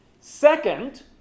Second